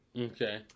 okay